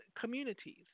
communities